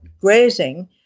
grazing